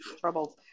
troubles